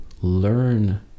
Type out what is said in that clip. learn